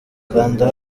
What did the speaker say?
kanda